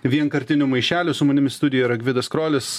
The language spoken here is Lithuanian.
vienkartinių maišelių su manimi studijo yra gvidas krolis